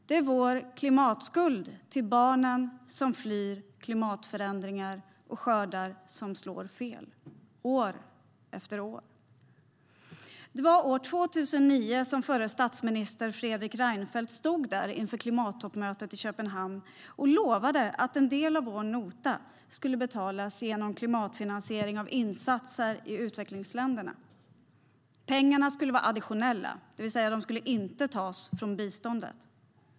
Det är vår klimatskuld till barnen som flyr undan klimatförändringar och skördar som slår fel, år efter år. Det var år 2009 som den förre statsministern Fredrik Reinfeldt stod inför klimattoppmötet i Köpenhamn och lovade att en del av vår nota skulle betalas genom klimatfinansiering av insatser i utvecklingsländerna. Pengarna skulle vara additionella, det vill säga att de inte skulle tas från biståndet.